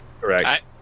correct